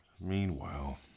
Meanwhile